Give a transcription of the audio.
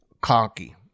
Conky